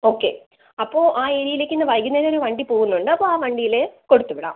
okay അപ്പോൾ ആ ഏരിയയിലേക്ക് ഇന്ന് വൈകുന്നേരം ഒരു വണ്ടി പോവുന്നുണ്ട് അപ്പോൾ ആ വണ്ടിയിൽ കൊടുത്ത് വിടാം